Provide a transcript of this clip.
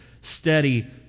steady